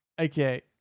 Okay